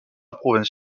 province